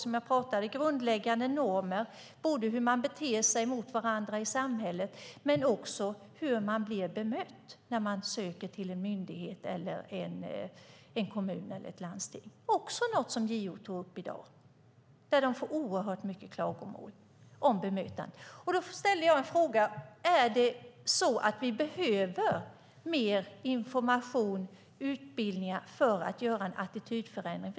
Det handlar om grundläggande normer, om hur man beter sig mot varandra i samhället men också om hur man blir bemött när man söker sig till en myndighet, en kommun eller ett landsting. Det var också något som JO tog upp i dag. De får oerhört många klagomål om bemötande. Då ställde jag en fråga: Behöver vi mer information och utbildning för att få en attitydförändring?